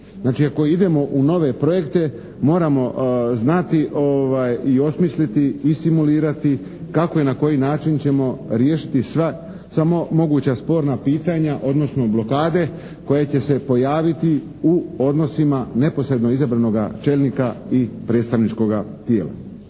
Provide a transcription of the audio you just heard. Znači, ako idemo u nove projekte moramo znati i osmisliti i simulirati kako i na koji način ćemo riješiti sva moguća sporna pitanja odnosno blokade koje će se pojaviti u odnosima neposredno izabranog čelnika i predstavničkoga tijela.